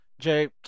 Jay